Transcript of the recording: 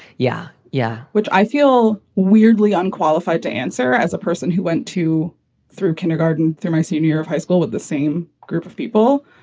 yeah. yeah. which i feel weirdly unqualified to answer as a person who went to through kindergarten through my senior year of high school with the same group of people.